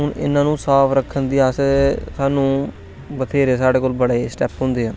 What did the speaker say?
हून इन्हा नू साफ रक्खने लेई स्हानू बथ्हेरे साढ़े कोल बडे़ स्टैप होंदे ऐ